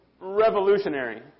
revolutionary